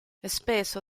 spesso